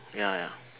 ya ya